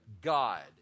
God